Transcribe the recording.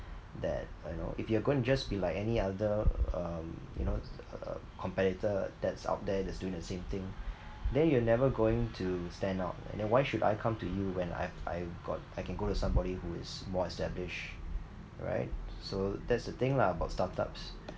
that I know if you're gonna just be like any other um you know uh competitor that's out there that's doing the same thing then you're never going to stand out and then why should I come to you when I've I got I can go to somebody who is more established right so that's the thing lah about startups